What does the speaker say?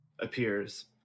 appears